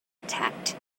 attacked